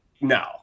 no